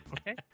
Okay